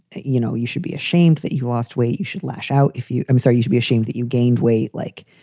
you know, you should be ashamed that you lost weight. you should lash out if you i'm so you should be ashamed that you gained weight. like,